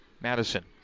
Madison